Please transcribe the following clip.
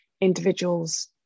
individuals